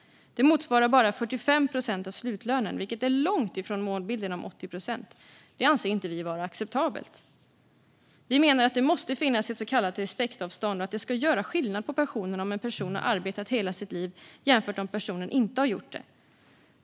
Det motsvarar bara 45 procent av slutlönen, vilket är långt ifrån målbilden om 80 procent. Det anser inte vi vara acceptabelt. Vi menar att det måste finnas ett så kallat respektavstånd och att det ska göra skillnad på pensionen om en person har arbetat hela sitt liv jämfört med om personen inte har gjort det.